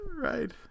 Right